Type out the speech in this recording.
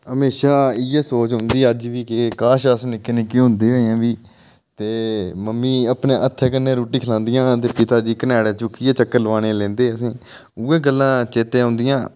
म्हेशां इ'यै सोच औंदी अज्ज बी के काश अस निक्के होंदे अजें बी ते मम्मी अपने हत्थें कन्नै रुट्टी खलांदियां हियां ते पिता जी कन्हाड़ै चुक्कियै चक्कर लुआने ई लैंदे हे असें गी उ'ऐ गल्लां चेतै औंदियां